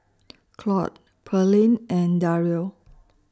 Claud Pearlene and Dario